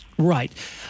Right